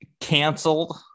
canceled